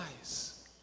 eyes